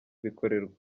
bikorerwa